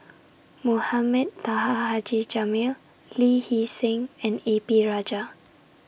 Mohamed Taha Haji Jamil Lee Hee Seng and A P Rajah